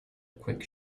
quick